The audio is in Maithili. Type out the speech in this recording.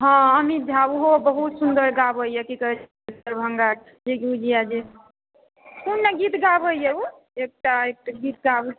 हँ अमित झा ओहो बहुत सुन्दर गाबैए की कहैत छै दरभंगाके कोन गीत गाबैए ओ एकटा एकटा गीत गाबै